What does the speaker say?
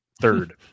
Third